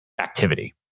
activity